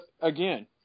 again